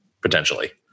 potentially